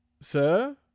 Sir